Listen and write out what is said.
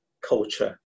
culture